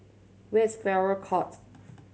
where is Farrer Court